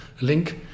link